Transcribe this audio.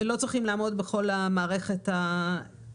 ולא צריכים לעמוד בכל מערכת ההוראות.